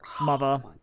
Mother